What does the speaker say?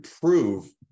prove